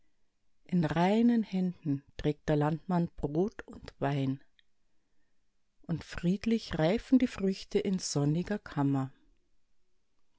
in reinen händen trägt der landmann brot und wein und friedlich reifen die früchte in sonniger kammer